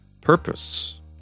Purpose